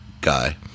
guy